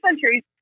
centuries